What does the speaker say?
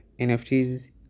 NFTs